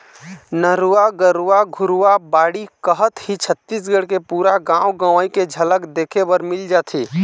नरूवा, गरूवा, घुरूवा, बाड़ी कहत ही छत्तीसगढ़ के पुरा गाँव गंवई के झलक देखे बर मिल जाथे